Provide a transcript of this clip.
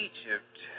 Egypt